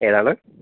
ഏതാണ്